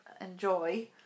enjoy